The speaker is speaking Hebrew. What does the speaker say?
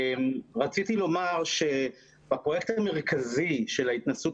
רציתי לומר שהפרויקט המרכזי של ההתנסות